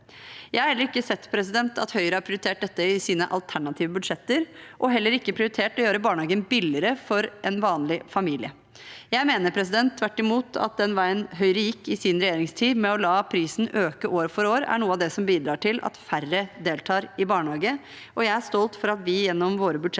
Jeg har heller ikke sett at Høyre har prioritert dette i sine alternative budsjetter, og heller ikke at de har prioritert å gjøre barnehagen billigere for en vanlig familie. Jeg mener tvert imot at den veien Høyre gikk i sin regjeringstid med å la prisen øke år for år, er noe av det som bidrar til at færre deltar i barnehage. Jeg er stolt av at vi gjennom våre budsjetter